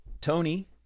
Tony